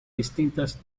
distintas